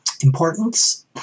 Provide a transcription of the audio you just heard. importance